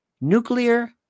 nuclear